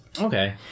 okay